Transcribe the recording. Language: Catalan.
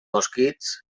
mosquits